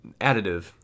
additive